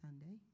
Sunday